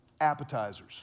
Appetizers